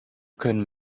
können